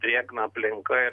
drėgna aplinka